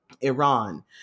Iran